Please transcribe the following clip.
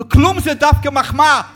כלום זה דווקא מחמאה.